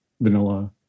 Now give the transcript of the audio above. vanilla